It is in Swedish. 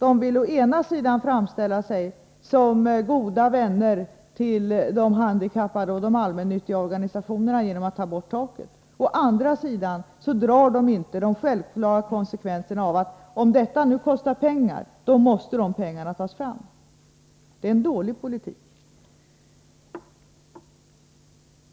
Å ena sidan vill de framställa sig som goda vänner till de handikappade och de allmännyttiga organisationerna genom att ta bort taket. Å andra sidan drar de inte den självklara konsekvensen av att detta kostar pengar, nämligen att då måste de pengarna tas fram.